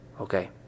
Okay